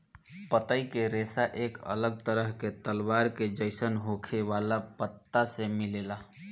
पतई के रेशा एक अलग तरह के तलवार के जइसन होखे वाला पत्ता से मिलेला